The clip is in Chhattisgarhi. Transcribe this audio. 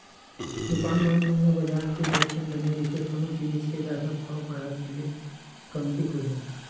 दुकानदार मन ल बजार के जोखिम बने रहिथे कोनो जिनिस के जादा भाव बड़हे ले कमती होय ले